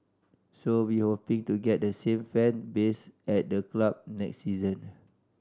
so we hoping to get the same fan base at the club next season